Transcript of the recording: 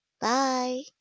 Bye